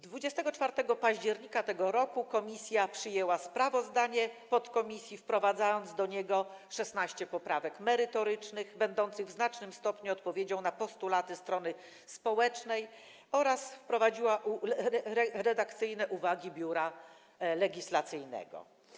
24 października tego roku komisja przyjęła sprawozdanie podkomisji, wprowadzając do niego 16 poprawek merytorycznych, będących w znacznym stopniu odpowiedzią na postulaty strony społecznej, oraz redakcyjne uwagi Biura Legislacyjnego.